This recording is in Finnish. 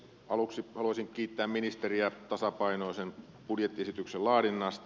aluksi haluaisin kiittää ministeriä tasapainoisen budjettiesityksen laadinnasta